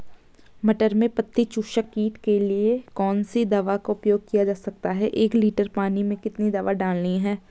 मटर में पत्ती चूसक कीट के लिए कौन सी दवा का उपयोग किया जा सकता है एक लीटर पानी में कितनी दवा डालनी है?